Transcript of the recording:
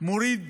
מוריד